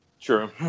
True